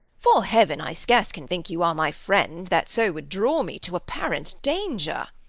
fore heaven, i scarce can think you are my friend, that so would draw me to apparent danger.